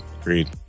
agreed